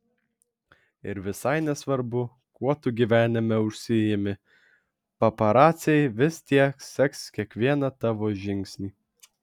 ir visai nesvarbu kuo tu gyvenime užsiimi paparaciai vis tiek seks kiekvieną tavo žingsnį